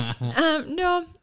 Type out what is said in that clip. No